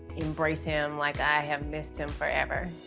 embrace him like i have missed him forever.